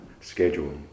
schedule